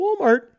Walmart